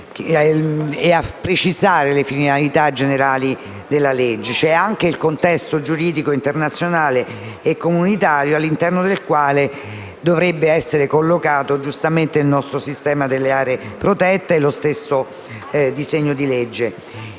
a precisare le finalità generali della legge. Esiste anche un contesto giuridico internazionale e comunitario all'interno del quale dovrebbe essere collocato, giustamente, il nostro sistema delle aree protette e dunque anche il disegno di legge,